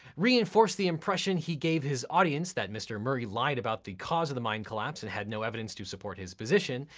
reinforced the impression he gave his audience that mr. murray lied about the cause of the mine collapse and had no evidence to support his position,